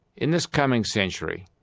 in this coming century,